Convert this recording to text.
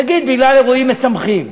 נגיד בגלל אירועים משמחים.